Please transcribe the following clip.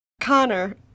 Connor